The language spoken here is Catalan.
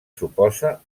suposa